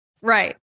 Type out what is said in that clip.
Right